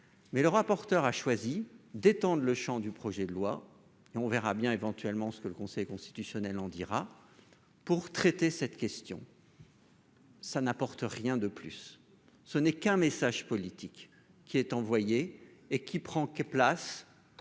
mais le rapporteur a choisi d'étendre le Champ du projet de loi et on verra bien, éventuellement ce que le conseil constitutionnel en dira pour traiter cette question. ça n'apporte rien de plus, ce n'est qu'un message politique qui est envoyé et qui prend place